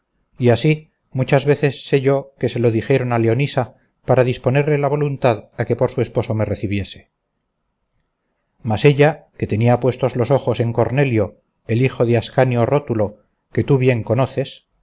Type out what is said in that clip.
y así muchas veces sé yo que se lo dijeron a leonisa para disponerle la voluntad a que por su esposo me recibiese mas ella que tenía puestos los ojos en cornelio el hijo de ascanio rótulo que tú bien conoces